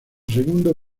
segundo